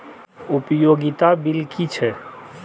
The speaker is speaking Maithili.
उपयोगिता बिल कि छै?